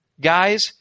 Guys